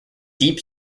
deep